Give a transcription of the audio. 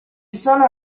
sono